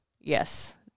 Yes